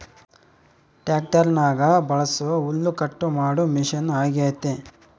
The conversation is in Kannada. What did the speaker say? ಟ್ಯಾಕ್ಟರ್ನಗ ಬಳಸೊ ಹುಲ್ಲುಕಟ್ಟು ಮಾಡೊ ಮಷಿನ ಅಗ್ಯತೆ